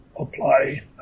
apply